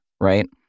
right